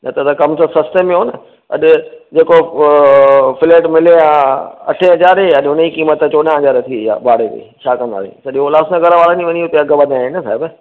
नत त कमु त सस्ते में हो न अॼु जे को उहो फ्लैट मिलियो आहे अठे हज़ारे अॼु हुनजी क़िमत चोॾहां हज़ार थी वेई आहे भाड़े जी छा कंदासीं सॼे उल्हासनगर वारनि जी वञी हुते अघु वधाया आहिनि साहिबु